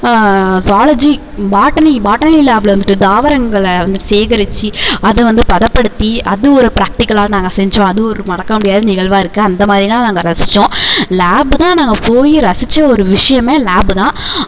zoology botany botany லேப்ல வந்துட்டு தாவரங்களை வந்துட்டு சேகரிச்சு அதை வந்து பதப்படுத்தி அது ஒரு ப்ராக்ட்டிக்கலாக நாங்கள் செஞ்சோம் அது ஒரு மறக்க முடியாத நிகழ்வா இருக்குது அந்த மாதிரிலாம் நாங்கள் ரசிச்சோம் லேபுதான் நாங்கள் போய் ரசித்த ஒரு விஷயமே லேபு தான்